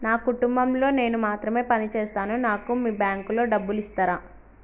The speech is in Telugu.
నా కుటుంబం లో నేను మాత్రమే పని చేస్తాను నాకు మీ బ్యాంకు లో డబ్బులు ఇస్తరా?